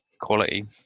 quality